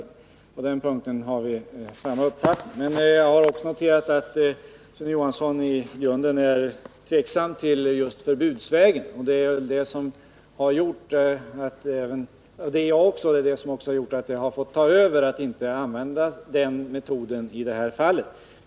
På den punkten har vi samma uppfattning. Men jag har också noterat att Erik Johansson i grunden är tveksam till förbudsvägen, och det är jag också. Det är det som har gjort att jag anser att man i detta fall inte skall använda den metoden.